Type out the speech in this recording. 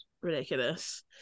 ridiculous